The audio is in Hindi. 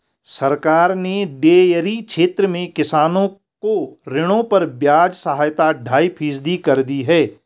सरकार ने डेयरी क्षेत्र में किसानों को ऋणों पर ब्याज सहायता ढाई फीसदी कर दी है